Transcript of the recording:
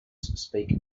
speak